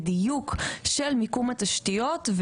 ודיוק של מיקום התשתיות,